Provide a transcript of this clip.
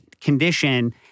condition